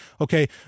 okay